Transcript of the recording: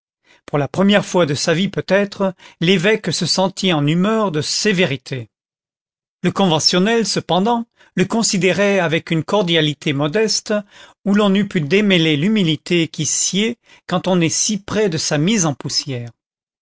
pour la première fois de sa vie peut-être l'évêque se sentit en humeur de sévérité le conventionnel cependant le considérait avec une cordialité modeste où l'on eût pu démêler l'humilité qui sied quand on est si près de sa mise en poussière